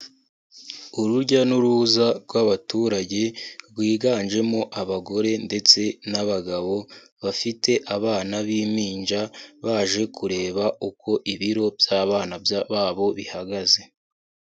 Urujya n'uruza rw'abaturage, rwiganjemo abagore ndetse n'abagabo, bafite abana b'impinja, baje kureba uko ibiro by'abana babo bihagaze.